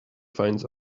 finds